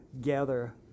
gather